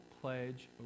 pledge